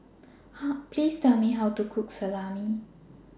Please Tell Me How to Cook Salami